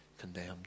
condemned